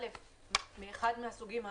"מאחד מהסוגים האמורים",